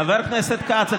חבר הכנסת כץ,